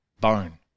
bone